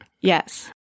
Yes